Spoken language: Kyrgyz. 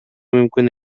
мүмкүн